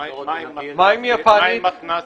עם יפנית?